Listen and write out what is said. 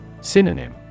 Synonym